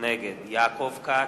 נגד יעקב כץ,